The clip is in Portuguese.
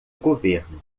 governo